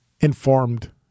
informed